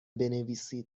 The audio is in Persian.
بنویسید